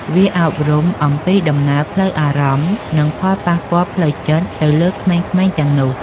វាអប់រំអំពីដំណើរផ្លូវអារម្មណ៍ និងផលប៉ះពាល់ផ្លូវចិត្តទៅលើក្មេងៗទាំងនេះ។